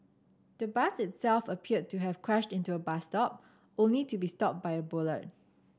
the bus itself appeared to have crashed into a bus stop only to be stopped by a